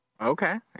Okay